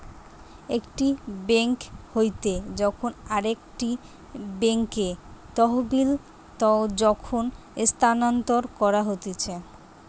একটি বেঙ্ক হইতে যখন আরেকটি বেঙ্কে তহবিল যখন স্থানান্তর করা হতিছে